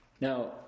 Now